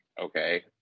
okay